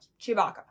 Chewbacca